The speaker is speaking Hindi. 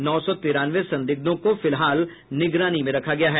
नौ सौ तिरानवे संदिग्धों को फिलहाल निगरानी में रखा गया है